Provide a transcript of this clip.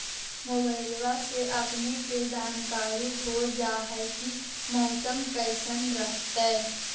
मोबाईलबा से अपने के जानकारी हो जा है की मौसमा कैसन रहतय?